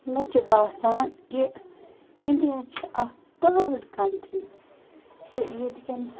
مےٚ چھِ باسان کہِ اِنڈیا چھِ اَکھ بٔڈ کَنٹرٛی تہِ ییٚتہِ کٮ۪ن